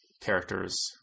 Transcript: characters